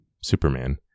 superman